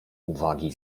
uwagi